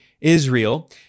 Israel